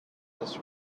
this